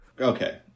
okay